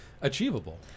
achievable